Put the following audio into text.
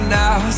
now